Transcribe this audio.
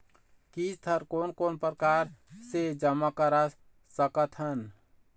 किस्त हर कोन कोन प्रकार से जमा करा सकत हन?